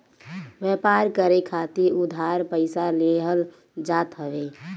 व्यापार करे खातिर उधार पईसा लेहल जात हवे